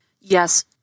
Yes